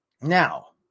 now